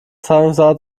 zahlungsart